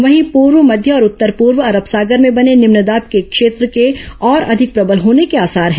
वहीं पूर्व मध्य और उत्तर पूर्व अरब सागर में बने निम्न दाब के क्षेत्र के और अधिक प्रबल होने के आसार हैं